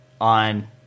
on